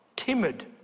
Timid